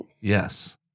Yes